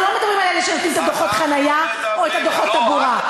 אנחנו לא מדברים על אלה שנותנים את דוחות החניה או את דוחות התעבורה,